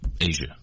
Asia